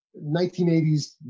1980s